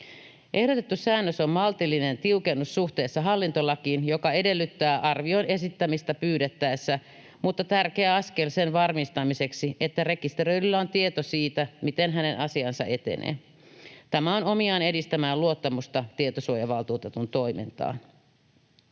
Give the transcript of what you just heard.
Ehdotettu säännös on maltillinen tiukennus suhteessa hallintolakiin, joka edellyttää arvion esittämistä pyydettäessä, mutta tärkeä askel sen varmistamiseksi, että rekisteröidyllä on tieto siitä, miten hänen asiansa etenee. Tämä on omiaan edistämään luottamusta tietosuojavaltuutetun toimintaan.